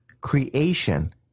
creation